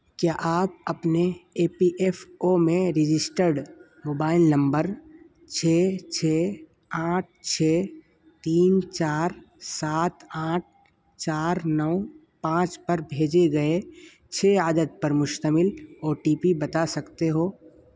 کیا آپ اپنے اے پی ایف او میں رجسٹرڈ موبائل نمبر چھ چھ آٹھ چھ تین چار سات آٹھ چار نو پانچ پر بھیجے گئے چھ عدد پر مشتمل او ٹی پی بتا سکتے ہو